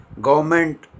government